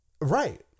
Right